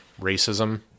racism